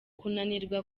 kunanirwa